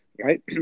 right